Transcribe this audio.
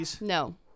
No